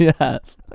Yes